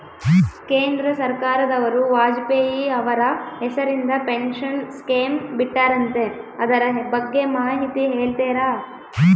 ಕೇಂದ್ರ ಸರ್ಕಾರದವರು ವಾಜಪೇಯಿ ಅವರ ಹೆಸರಿಂದ ಪೆನ್ಶನ್ ಸ್ಕೇಮ್ ಬಿಟ್ಟಾರಂತೆ ಅದರ ಬಗ್ಗೆ ಮಾಹಿತಿ ಹೇಳ್ತೇರಾ?